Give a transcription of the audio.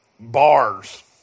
Bars